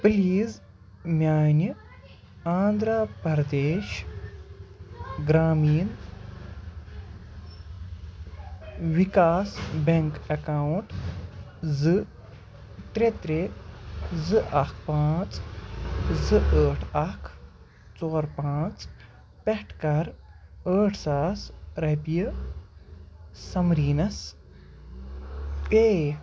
please میٛانہِ Andhra Pradesh Grameen Vikas bank account زٕ ترٛےٚ ترٛےٚ زٕ اکھ پانٛژھ زٕ ٲٹھ اکھ ژور پاںٛژھ پٮ۪ٹھ کَر ٲٹھ ساس رۄپیہِ سمریٖنس پے